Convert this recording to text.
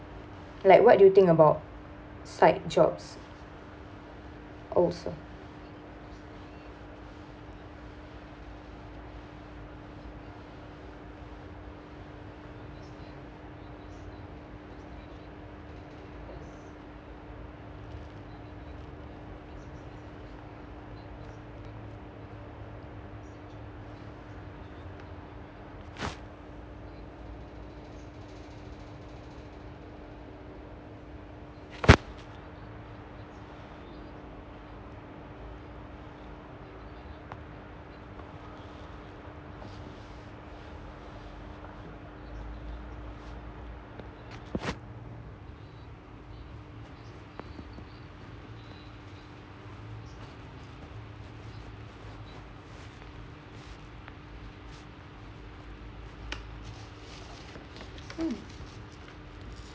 like what do you think about side jobs also um